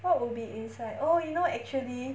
what would be inside oh you know actually